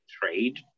trade